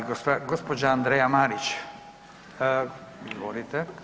Gospođa Andreja Marić, izvolite.